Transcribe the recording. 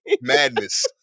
madness